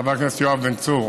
חבר הכנסת יואב בן צור,